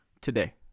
today